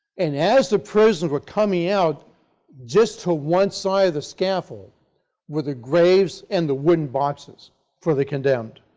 and as the prisoners were coming out just to one side of the scaffold were the graves and the wooden boxes for the condemned.